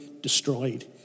destroyed